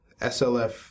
SLF